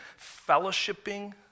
fellowshipping